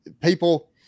people